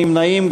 אין נמנעים.